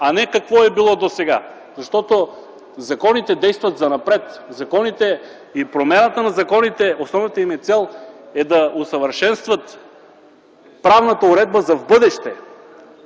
а не какво е било досега. Защото законите действат занапред, законите и промяната на законите – основната им цел е да усъвършенстват правната уредба за в бъдеще